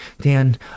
Dan